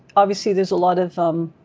obviously there's a lot of